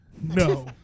No